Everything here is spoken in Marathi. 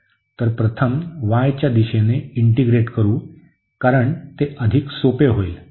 तर प्रथम y च्या दिशेने इंटीग्रेट करू कारण ते अधिक सोपे होईल